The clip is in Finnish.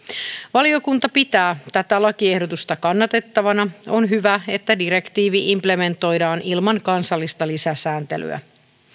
valiokunta pitää tätä lakiehdotusta kannatettavana on hyvä että direktiivi implementoidaan ilman kansallista lisäsääntelyä